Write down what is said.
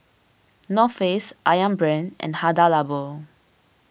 North Face Ayam Brand and Hada Labo